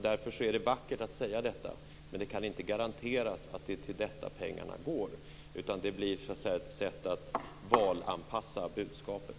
Därför är det vackert att säga detta, men det kan inte garanteras att det är till detta som pengarna går. Det blir ett sätt att valanpassa budskapet.